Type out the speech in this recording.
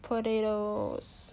potatoes